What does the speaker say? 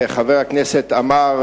חבר הכנסת עמאר,